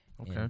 Okay